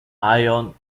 ion